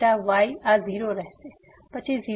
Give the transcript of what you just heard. તેથી આ 0 હશે